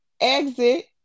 exit